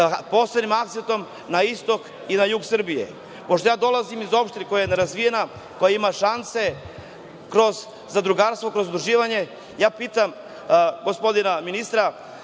posebnim akcentom na istok i na jug Srbije. Pošto ja dolazim iz opštine koja je nerazvijena, koja ima šanse kroz zadrugarstvo, kroz zadruživanje, ja pitam gospodina ministra